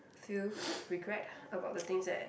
feel regret about the things that